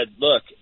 look